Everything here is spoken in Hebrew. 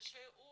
ושהוא